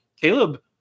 Caleb